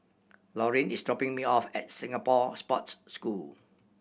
Lorean is dropping me off at Singapore Sports School